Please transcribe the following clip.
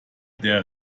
der